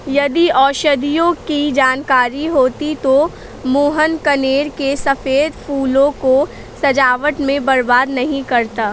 यदि औषधियों की जानकारी होती तो मोहन कनेर के सफेद फूलों को सजावट में बर्बाद नहीं करता